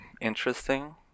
interesting